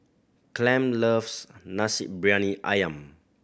Clem loves Nasi Briyani Ayam